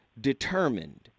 determined